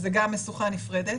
זאת משוכה נפרדת.